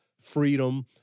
freedom